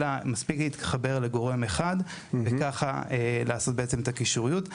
אלא מספיק להתחבר לגורם אחד כדי לעשות את הקישוריות.